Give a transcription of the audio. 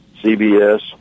cbs